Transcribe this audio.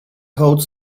holds